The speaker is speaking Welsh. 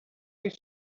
oes